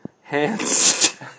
Hands